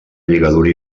lligadura